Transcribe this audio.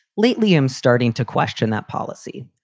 lately, i'm starting to question that policy.